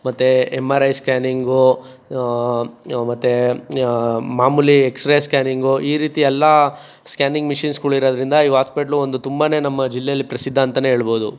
ಮತ್ತೆ M R I scanning ಮತ್ತು ಮಾಮೂಲೀ ಎಕ್ಸ್ ರೇ ಸ್ಕ್ಯಾನಿಂಗು ಈ ರೀತಿ ಎಲ್ಲ ಸ್ಕ್ಯಾನಿಂಗ್ ಮಿಷಿನ್ಸ್ಗಳು ಇರೋದರಿಂದ ಈ ಆಸ್ಪಿಟ್ಲು ಒಂದು ತುಂಬನೇ ನಮ್ಮ ಜಿಲ್ಲೇಲಿ ಪ್ರಸಿದ್ಧ ಅಂತಲೇ ಏಳ್ಬೋದು